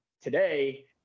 today